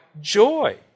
joy